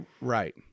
Right